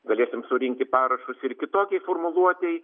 galėsim surinkti parašus ir kitokiai formuluotei